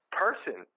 person